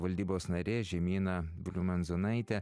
valdybos narė žemyna bliumanzonaitė